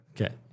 Okay